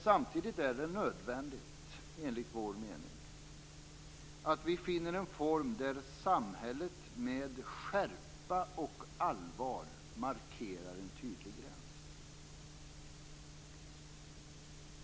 Samtidigt är det nödvändigt, enligt vår mening, att vi finner en form där samhället med skärpa och allvar markerar en tydlig gräns.